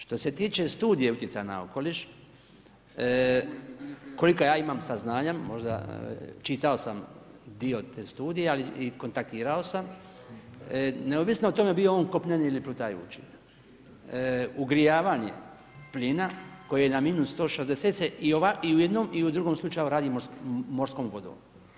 Što se tiče studije utjecaja na okoliš, koliko ja imam saznanja možda, čitao sam dio te studije, ali i kontaktirao sam, neovisno o tome bio on kopneni ili plutajući, ugrijavanje plina koje na -160 se i u jednom i u drugom slučaju radi morskom vodom.